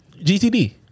GTD